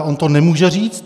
On to nemůže říct.